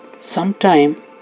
Sometime